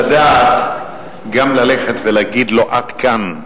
לדעת גם ללכת ולהגיד לו: עד כאן.